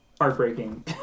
heartbreaking